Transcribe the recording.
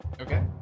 okay